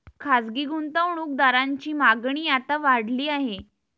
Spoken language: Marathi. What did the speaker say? खासगी गुंतवणूक दारांची मागणी आता वाढली आहे